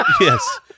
Yes